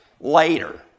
later